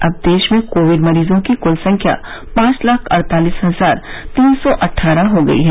अब देश में कोविड मरीजों की कुल संख्या पांच लाख अड़तालिस हजार तीन सौ अट्ठारह हो गई है